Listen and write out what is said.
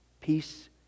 peace